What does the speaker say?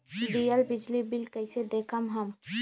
दियल बिजली बिल कइसे देखम हम?